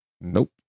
Nope